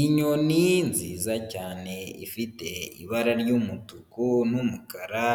Inyoni nziza cyane ifite ibara ry'umutuku n'umukara,